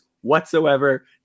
whatsoever